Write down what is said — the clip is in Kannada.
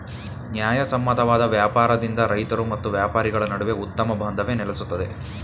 ನ್ಯಾಯಸಮ್ಮತವಾದ ವ್ಯಾಪಾರದಿಂದ ರೈತರು ಮತ್ತು ವ್ಯಾಪಾರಿಗಳ ನಡುವೆ ಉತ್ತಮ ಬಾಂಧವ್ಯ ನೆಲೆಸುತ್ತದೆ